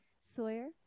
Sawyer